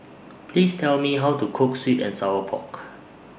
Please Tell Me How to Cook Sweet and Sour Pork